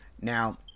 Now